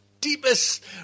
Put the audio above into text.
deepest